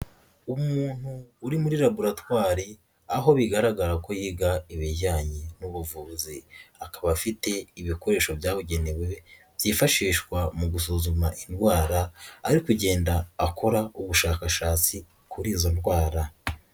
Umuntu uri muri laboratwari aho bigaragara ko yiga ibijyanye n'ubuvuzi, akaba afite ibikoresho byabugenewe byifashishwa mu gusuzuma indwara, ari kugenda akora ubushakashatsi kuri izo ndwara.